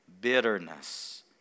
bitterness